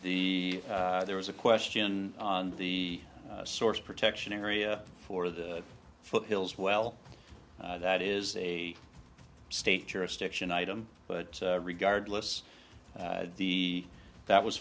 the there was a question on the source protection area for the foothills well that is a state jurisdiction item but regardless the that was